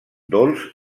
dolç